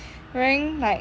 wearing like